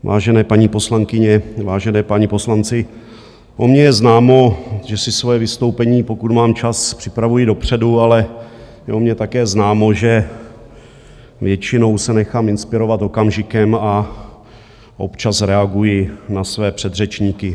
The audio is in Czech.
Vážené paní poslankyně, vážení páni poslanci, o mně je známo, že si svoje vystoupení, pokud mám čas, připravuji dopředu, ale je o mně také známo, že většinou se nechám inspirovat okamžikem a občas reaguji na své předřečníky.